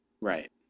Right